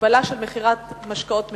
(הגבלה של מכירת משקאות משכרים),